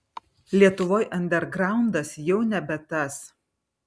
lietuvoj andergraundas jau nebe tas